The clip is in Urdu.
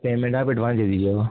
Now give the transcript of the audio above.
پیمنٹ آپ ایڈوانس دے دیجئے گا